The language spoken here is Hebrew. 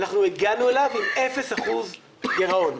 אנחנו הגענו אליו עם אפס אחוז גרעון,